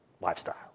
lifestyle